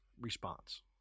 response